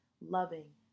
loving